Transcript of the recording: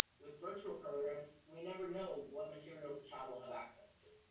with virtual programs, we never know what materials the child will have access to.